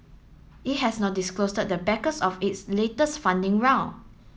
it has not disclose the backers of its latest funding round